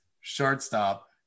shortstop